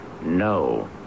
No